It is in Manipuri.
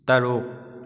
ꯇꯔꯨꯛ